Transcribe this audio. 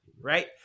right